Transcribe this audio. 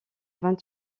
vingt